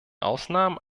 ausnahmen